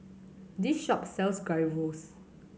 this shop sells Gyros